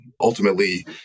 ultimately